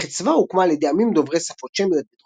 ממלכת סבא הוקמה על ידי עמים דוברי שפות שמיות בדרום-ערב,